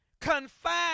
confined